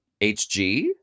HG